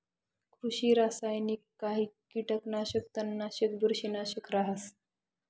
कृषि रासायनिकहाई कीटकनाशक, तणनाशक, बुरशीनाशक रहास